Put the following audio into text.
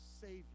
Savior